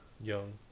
young